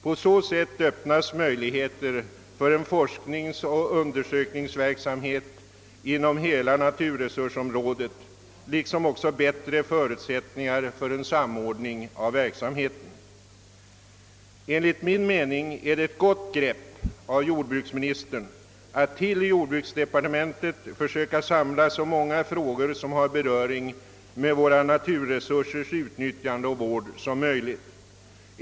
På så sätt öppnas möjligheter för en forskningsoch undersökningsverksamhet inom hela naturresursområdet och skapas bättre förutsättningar för en samordning av verksamheten. Enligt min mening är det ett gott grepp av jordbruksministern att försöka till jordbruksdepartementet samla så många frågor som möjligt, som har beröring med våra naturresursers utnyttjande och vård.